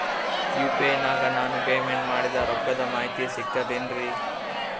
UPI ನಾಗ ನಾನು payment ಮಾಡಿದ ರೊಕ್ಕದ ಮಾಹಿತಿ ಸಿಕ್ತಾತೇನ್ರೀ?